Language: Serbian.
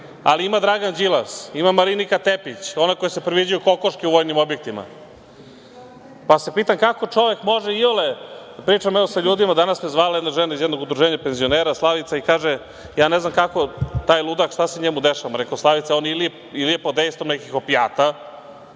ali ima Dragan Đilas, ima Marinika Tepić, ona kojoj se predviđaju kokoške u vojnim objektima, pa se pitam kako čovek može iole… Pričam sa ljudima. Danas me je zvala jedna žena iz jednog udruženja penzionera, Slavica, i kaže – ja ne znam taj ludak, šta se njemu dešava? Ma, rekoh – Slavice, on je ili pod dejstvom nekih opijata